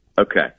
Okay